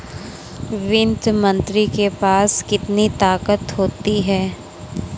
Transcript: वित्त मंत्री के पास कितनी ताकत होती है?